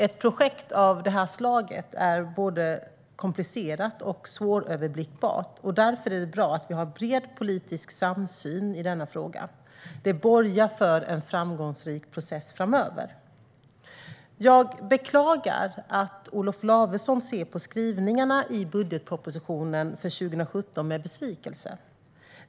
Ett projekt av detta slag är både komplicerat och svåröverblickbart, och därför är det bra att vi har en bred politisk samsyn i denna fråga. Det borgar för en framgångsrik process framöver. Jag beklagar att Olof Lavesson ser på skrivningarna i budgetpropositionen för 2017 med besvikelse.